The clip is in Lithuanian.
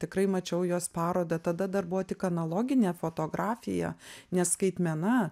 tikrai mačiau jos parodą tada dar buvo tik analoginė fotografija ne skaitmena